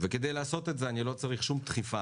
וכדי לעשות את זה אני לא צריך שום דחיפה